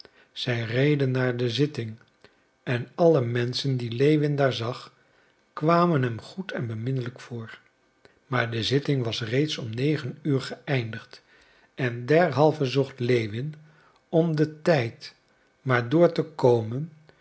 zij reden naar de zitting en alle menschen die lewin daar zag kwamen hem goed en beminnelijk voor maar de zitting was reeds om negen uur geëindigd en derhalve zocht lewin om den tijd maar door te komen